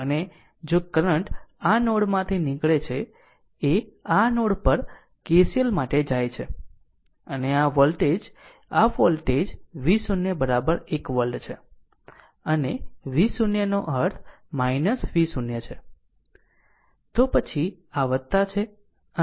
અને જો કરંટ આ નોડમાંથી નીકળે છે એ આ નોડ પર KCL માટે જાય છે અને આ વોલ્ટેજ આ વોલ્ટેજ V0 1 વોલ્ટ છે અને V0 નો અર્થ V0 છે છે તો પછી આ છે